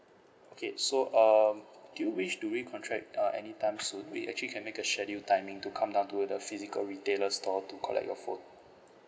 okay so um do you wish to recontract uh any time soon we actually can make a scheduled timing to come down to the physical retailer store to collect your phone